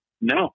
No